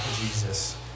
Jesus